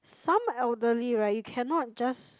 some elderly right you cannot just